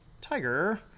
Tiger